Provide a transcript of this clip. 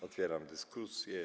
Otwieram dyskusję.